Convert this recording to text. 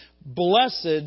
Blessed